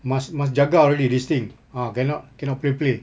must must jaga already this thing ah cannot cannot play play